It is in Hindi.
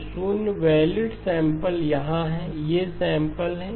तो शून्य वैलिड सैंपल यहाँ है ये सैंपल हैं